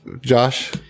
Josh